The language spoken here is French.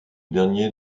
dernier